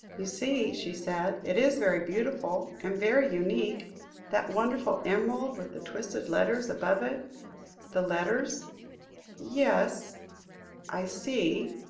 you see, she said, it is very beautiful and very unique that wonderful emerald, with the twisted letters above it the letters yes i see,